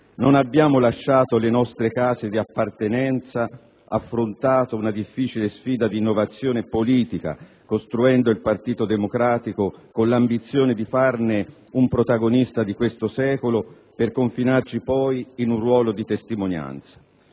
non abbiamo lasciato le nostre case di appartenenza ed affrontato una difficile sfida di innovazione politica, costruendo il Partito Democratico con l'ambizione di farne un protagonista di questo secolo, per confinarci poi in un ruolo di testimonianza.